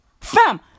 Fam